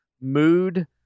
mood